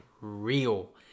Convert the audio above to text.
real